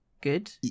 good